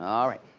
all right.